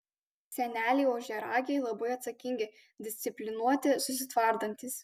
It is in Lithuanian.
seneliai ožiaragiai labai atsakingi disciplinuoti susitvardantys